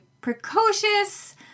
precocious